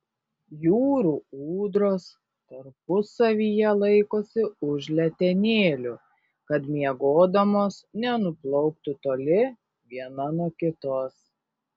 jūrų ūdros tarpusavyje laikosi už letenėlių kad miegodamos nenuplauktų toli viena nuo kitos